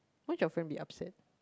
won't your friend be upset